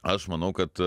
aš manau kad